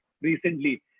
recently